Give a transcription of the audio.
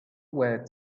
were